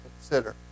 consider